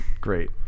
Great